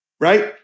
right